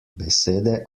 besede